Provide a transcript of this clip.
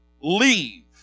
leave